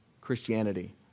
Christianity